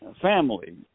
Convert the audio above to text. family